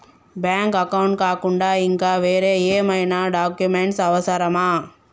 Bank account కాకుండా ఇంకా వేరే ఏమైనా డాక్యుమెంట్స్ అవసరమా?